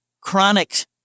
chronic